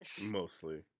Mostly